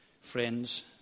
friends